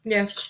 Yes